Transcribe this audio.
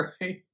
right